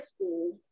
School